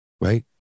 Right